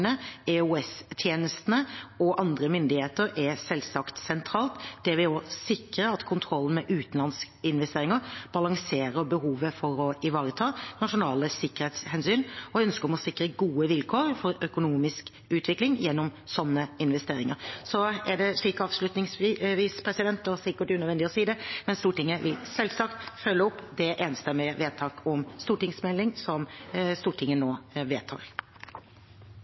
og andre myndigheter er selvsagt sentralt. Det vil også sikre at kontrollen med utenlandsinvesteringer balanserer behovet for å ivareta nasjonale sikkerhetshensyn og ønsket om å sikre gode vilkår for økonomisk utvikling gjennom slike investeringer. Avslutningsvis er det slik – og det er sikkert unødvendig å si det – at regjeringen selvsagt vil følge opp det enstemmige vedtaket om stortingsmelding som Stortinget nå